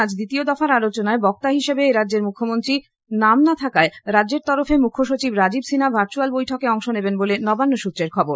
আজ দ্বিতীয় দফার আলোচনায় বক্তা হিসেবে এই রাজ্যের মুখ্যমন্ত্রীর নাম না থাকায় রাজ্যের তরফে মুখ্যসচিব রাজীব সিন্হা ভার্চুয়াল বৈঠকে অংশ নেবেন বলে নবান্ন সৃত্রে খবর